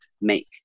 make